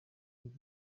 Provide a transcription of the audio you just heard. muri